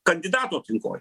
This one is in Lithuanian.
kandidatų aplinkoj